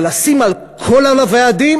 אבל לשים הכול על הוועדים?